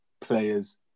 players